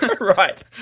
Right